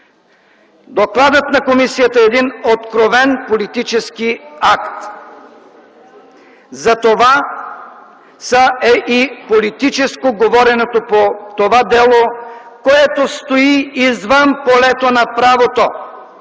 Докладът на комисията е един откровен политически акт. Затова е и политическо говоренето по това дело, което стои извън полето на правото.